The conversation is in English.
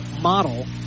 Model